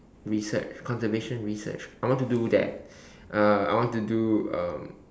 research conservation research I want to do that uh I want to do um